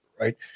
right